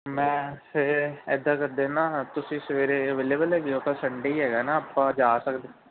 ਮੈਂ ਫਿਰ ਇੱਦਾਂ ਕਰਦੇ ਨਾ ਤੁਸੀਂ ਸਵੇਰੇ ਅਵੇਲੇਬਲ ਹੈਗੇ ਹੋ ਕੱਲ੍ਹ ਸੰਡੇ ਹੀ ਹੈਗਾ ਨਾ ਆਪਾਂ ਜਾ ਸਕਦੇ